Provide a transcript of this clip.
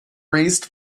raised